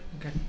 Okay